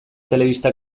telebista